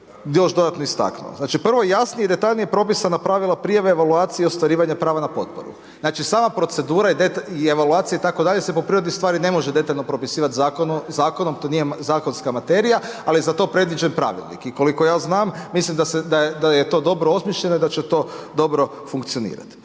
još dodatno istaknuo. Znači, prvo jasnije i detaljnije propisana pravila prijave evaluacije i ostvarivanja prava na potporu. Znači sama procedura i evaluacija itd. se po prirodi stvari ne može detaljno propisivati zakonom, to nije zakonska materija ali je za to predviđen pravilnik. I koliko ja znam mislim da je to dobro osmišljeno i da će to dobro funkcionirati.